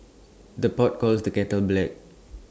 the pot calls the kettle black